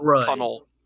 tunnel